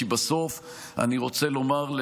כי בסוף אני רוצה לומר,